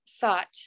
thought